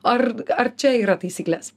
ar ar čia yra taisyklės